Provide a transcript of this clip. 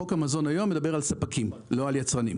חוק המזון היום מדבר על ספקים, לא על יצרנים.